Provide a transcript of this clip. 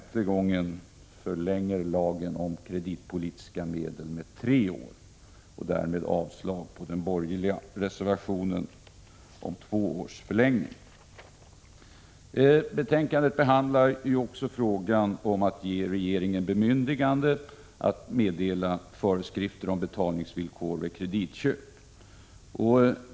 1986/87:46 förlänger lagen om kreditpolitiska medel med tre år, och därmed avslag på 10 december 1986 den borgerliga reservationen om två års förlängning. ÄRR TT Detta betänkande behandlar också frågan om att ge regeringen bemyndigande att meddela föreskrifter om betalningsvillkor vid kreditköp.